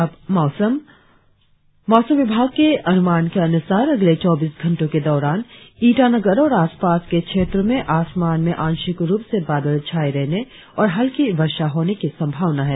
और अब मौसम मौसम विभाग के अनुमान के अनुसार अगले चौबीस घंटो के दौरान ईटानगर और आसपास के क्षेत्रो में आसमान में आंशिक रुप से बादल छाये रहने और हल्की वर्षा होने की संभावना है